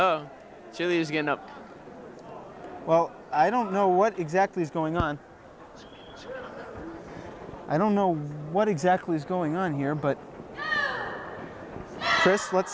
up well i don't know what exactly is going on so i don't know what exactly is going on here but